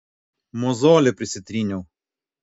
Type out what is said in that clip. mozolį prisitryniau